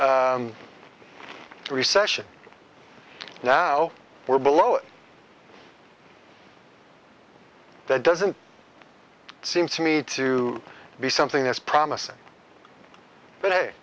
recession now we're below it that doesn't seem to me to be something that's promising but